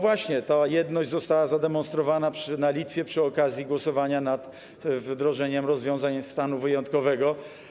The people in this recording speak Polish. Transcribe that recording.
Właśnie ta jedność została zademonstrowana na Litwie przy okazji głosowania nad wdrożeniem rozwiązań dotyczących stanu wyjątkowego.